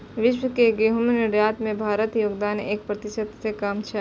विश्व के गहूम निर्यात मे भारतक योगदान एक प्रतिशत सं कम छै